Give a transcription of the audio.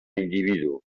individu